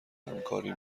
همکاری